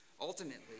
ultimately